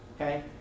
Okay